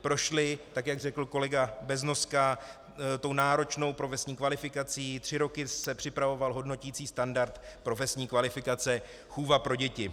Prošly, tak jak řekl kolega Beznoska, náročnou profesní kvalifikací, tři roky se připravoval hodnoticí standard profesní kvalifikace chůva pro děti.